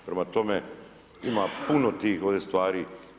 Prema tome, ima puno tih ovdje stvari.